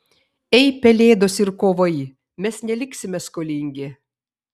ei pelėdos ir kovai mes neliksime skolingi